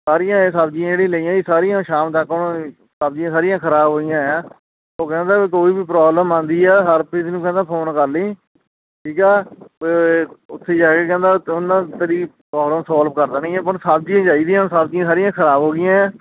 ਸਾਰੀਆਂ ਇਹ ਸਬਜ਼ੀਆਂ ਜਿਹੜੀਆਂ ਲਈਆਂ ਸੀ ਸਾਰੀਆਂ ਸ਼ਾਮ ਤੱਕ ਉਹਨਾਂ ਸਬਜ਼ੀਆਂ ਸਾਰੀਆਂ ਖਰਾਬ ਹੋਈਆਂ ਆ ਉਹ ਕਹਿੰਦਾ ਕੋਈ ਵੀ ਪ੍ਰੋਬਲਮ ਆਉਂਦੀ ਆ ਹਰਪ੍ਰੀਤ ਨੂੰ ਕਹਿੰਦਾ ਫੋਨ ਕਰਲੀ ਠੀਕ ਆ ਉੱਥੇ ਜਾ ਕੇ ਕਹਿੰਦਾ ਉਹਨੇ ਤੇਰੀ ਪ੍ਰੋਬਲਮ ਸੋਲਵ ਕਰ ਦੇਣੀ ਹੈ ਹੁਣ ਸਬਜ਼ੀ ਚਾਹੀਦੀ ਆ ਸਬਜ਼ੀਆਂ ਸਾਰੀਆਂ ਖਰਾਬ ਹੋ ਗਈਆਂ ਆ